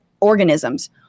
organisms